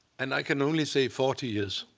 and i can only say forty years.